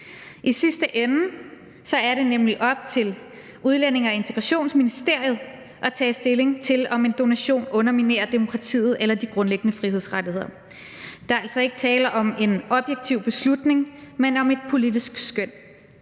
I sidste ende er det nemlig op til Udlændinge- og Integrationsministeriet at tage stilling til, om en donation underminerer demokratiet eller de grundlæggende frihedsrettigheder. Der er altså ikke tale om en objektiv beslutning, men om et politisk skøn.